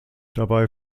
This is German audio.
dabei